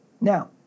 Now